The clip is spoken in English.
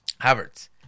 Havertz